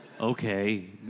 Okay